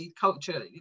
culture